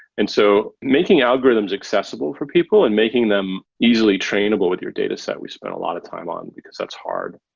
and so making algorithms accessible for people and making them easily trainable with your dataset, we spent a lot of time on, because that's hard.